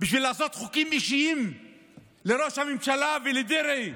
בשביל לעשות חוקים אישיים לראש הממשלה ולדרעי.